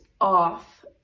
off